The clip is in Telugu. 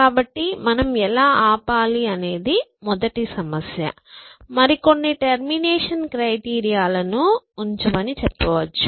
కాబట్టి మనం ఎలా ఆపాలి అనేది మొదటి సమస్య మరికొన్ని టెర్మినేషన్ క్రైటీరియా లను ఉంచమని చెప్పవచ్చు